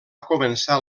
començar